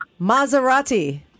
Maserati